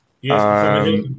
Yes